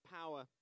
power